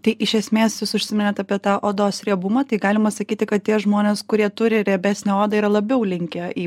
tai iš esmės jus užsiminėt apie tą odos riebumą tai galima sakyti kad tie žmonės kurie turi riebesnę odą yra labiau linkę į